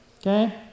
okay